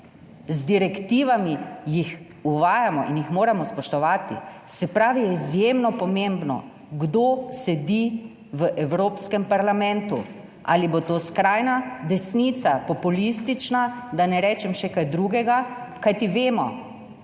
z direktivami jih uvajamo in jih moramo spoštovati. Se pravi, je izjemno pomembno kdo sedi v Evropskem parlamentu, ali bo to skrajna desnica, populistična, da ne rečem še kaj drugega, kajti vemo,